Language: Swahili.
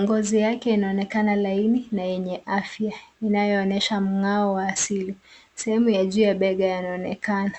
Ngozi yake inaonekana laini na yenye afya inayoonyesha mng'ao wa asili. Sehemu ya juu ya bega yanaonekana.